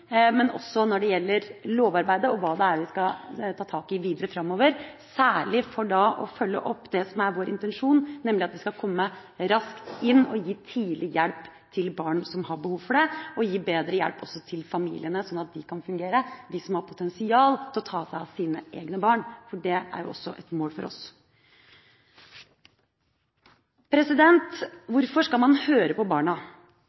men også når det gjelder lovarbeidet og hva det er vi skal ta tak i videre framover, særlig for å følge opp det som er vår intensjon, nemlig at vi skal komme raskt inn og gi tidlig hjelp til barn som har behov for det, og gi bedre hjelp også til familiene, sånn at de kan fungere, de som har potensial til å ta seg av sine egne barn. Det er også et mål for oss. Hvorfor skal man høre på barna?